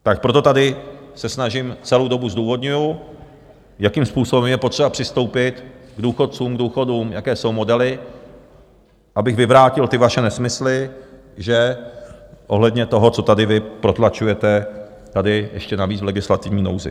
Tak proto tady se snažím, celou dobu zdůvodňuji, jakým způsobem je potřeba přistoupit k důchodcům, k důchodům, jaké jsou modely, abych vyvrátil ty vaše nesmysly, že ohledně toho, co tady vy protlačujete ještě navíc v legislativní nouzi.